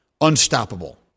unstoppable